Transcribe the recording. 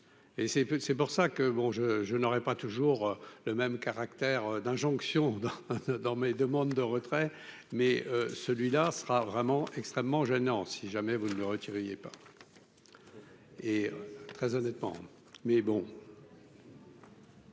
c'est pour ça que bon je je n'aurais pas toujours le même caractère d'injonction dans mes demandes de retrait, mais celui-là sera vraiment extrêmement gênant si jamais vous ne le retiriez pas et très honnêtement